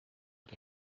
que